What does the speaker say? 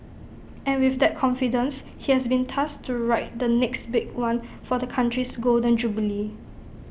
and with that confidence he has been tasked to write the next big one for the Country's Golden Jubilee